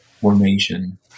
formation